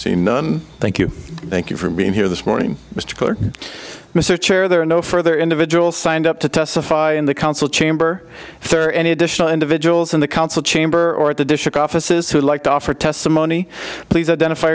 see none thank you thank you for being here this morning mr quinn mr chair there are no further individual signed up to testify in the council chamber thirty any additional individuals in the council chamber or at the district offices who like to offer testimony please identify